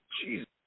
Jesus